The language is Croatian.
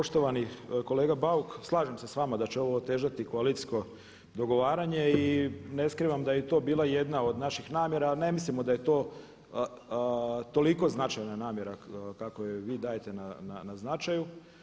Poštovani kolega Bauk, slažem se s vama da će ovo otežati koalicijsko dogovaranje i ne skrivam da je i to bila jedna od naših namjera a ne mislimo da je to toliko značajna namjera kako joj vi dajete na značaju.